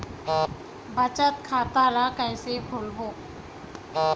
बचत खता ल कइसे खोलबों?